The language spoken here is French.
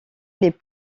les